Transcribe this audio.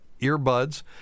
earbuds